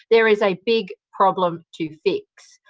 there is a big problem to fix.